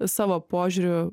savo požiūriu